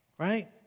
Right